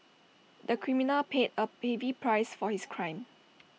the criminal paid A heavy price for his crime